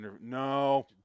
No